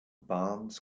barnes